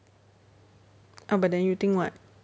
abuden you think what